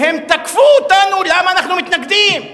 והם תקפו אותנו למה אנחנו מתנגדים.